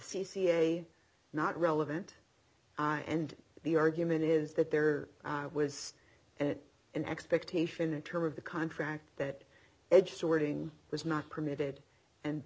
c c a not relevant and the argument is that there was it an expectation in term of the contract that edge sorting was not permitted and